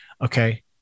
Okay